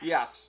Yes